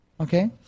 Okay